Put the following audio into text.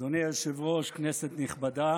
אדוני היושב-ראש, כנסת נכבדה,